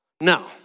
Now